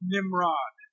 Nimrod